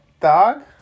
dog